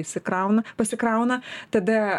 išsikrauna pasikrauna tada